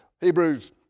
Hebrews